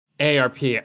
ARP